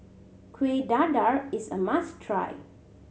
Kuih Dadar is a must try